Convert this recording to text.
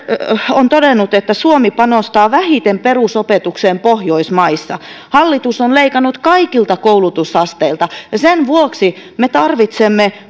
on todennut että suomi panostaa vähiten pohjoismaissa perusopetukseen hallitus on leikannut kaikilta koulutusasteilta sen vuoksi me tarvitsemme